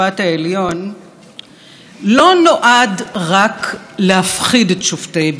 נועד רק להפחיד את שופטי בית המשפט העליון ולאנוס